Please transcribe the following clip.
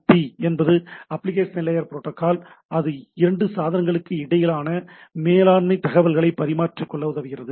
B என்பது ஒரு application layer protocol அது இரண்டு சாதனங்களுக்கு இடையிலான மேலாண்மை தகவல்களை பரிமாறிக்கொள்ள உதவுகிறது